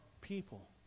people